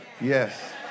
Yes